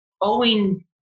owing